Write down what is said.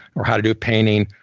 or how to do painting,